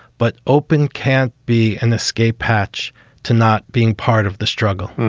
but open can't be an escape hatch to not being part of the struggle.